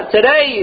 Today